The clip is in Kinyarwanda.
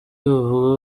wavuga